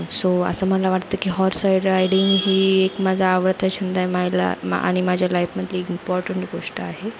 so असं मला वाटतं की हॉर्स रायडिंग ही एक माझा आवडता छंद आहे मला आणि माझ्या लाईफमधली इम्पॉर्टंट गोष्ट आहे